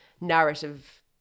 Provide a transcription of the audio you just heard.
narrative